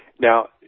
Now